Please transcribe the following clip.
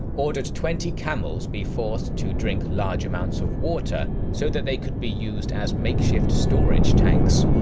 ordered twenty camels be forced to drink large amounts of water so that they could be used as makeshift storage tanks.